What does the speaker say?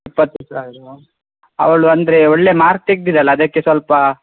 ಇಪ್ಪತ್ತೈದು ಸಾವಿರವಾ ಅವಳು ಅಂದರೆ ಒಳ್ಳೆಯ ಮಾರ್ಕ್ ತೆಗ್ದಿದಾಳ್ ಅದಕ್ಕೆ ಸ್ವಲ್ಪ